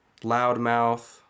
Loudmouth